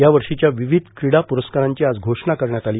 यावर्षीच्या विविध क्रीडा पुरस्कारांची आज घोषणा करण्यात आली